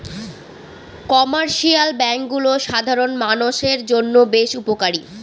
commercial ব্যাঙ্কগুলো সাধারণ মানষের জন্য বেশ উপকারী